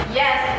yes